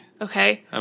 Okay